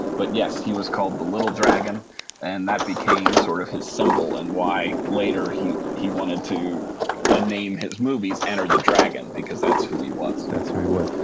but yes he was called the little dragon and that became sort of his symbol and why later he he wanted to ah name his movies, enter the dragon because that's who he was that's who he was.